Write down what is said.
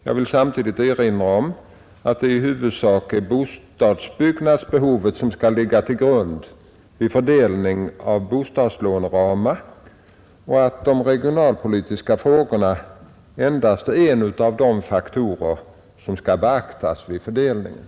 Jag vill samtidigt erinra om att det i huvudsak är bostadsbyggnadsbehovet som skall ligga till grund vid fördelning av bostadslåneramarna och att de regionalpolitiska frågorna endast är en av de faktorer som skall beaktas vid fördelningen.